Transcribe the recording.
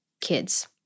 kids